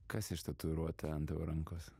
kas ištatuiruota ant tavo rankos